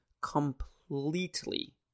completely